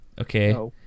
okay